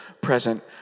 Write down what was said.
present